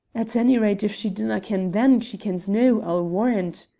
at onyrate, if she didna' ken then she kens noo, i'll warrant.